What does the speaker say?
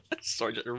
Sorry